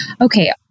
okay